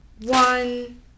One